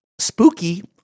Spooky